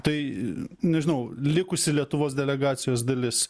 tai nežinau likusi lietuvos delegacijos dalis